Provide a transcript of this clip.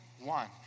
one